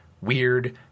weird